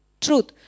truth